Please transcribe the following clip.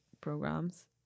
programs